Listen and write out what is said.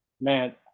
man